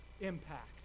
impact